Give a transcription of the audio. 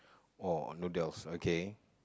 or noodles okay